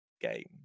game